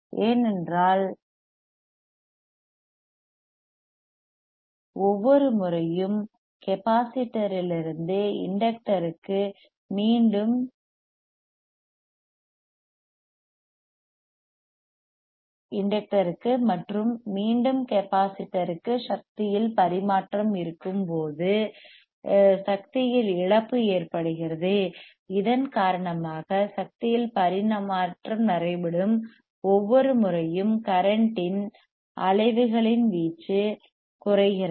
ஏனென்றால் ஒவ்வொரு முறையும் கெப்பாசிட்டர்யிலிருந்து இண்டக்டர்க்கு மற்றும் மீண்டும் கெப்பாசிட்டர்க்கு சக்தி இல் பரிமாற்றம் transfer டிரான்ஸ்பர் இருக்கும்போது சக்தி இல் இழப்பு ஏற்படுகிறது இதன் காரணமாக சக்தி இல் பரிமாற்றம் transfer டிரான்ஸ்பர் நடைபெறும் ஒவ்வொரு முறையும் கரண்ட் இன் அலைவுகளின் வீச்சு குறைகிறது